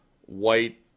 white